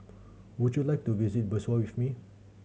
would you like to visit Bissau with me